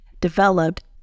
developed